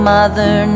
Mother